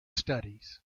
studies